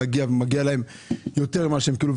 מגיע להן יותר ממה שהן קיבלו,